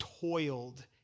toiled